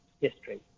history